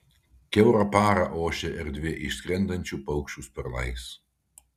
kiaurą parą ošia erdvė išskrendančių paukščių sparnais